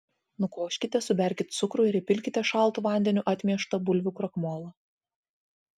nukoškite suberkit cukrų ir įpilkite šaltu vandeniu atmieštą bulvių krakmolą